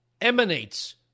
emanates